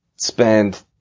spend